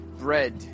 bread